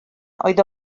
oedd